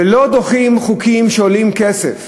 ולא דוחים חוקים שעולים כסף,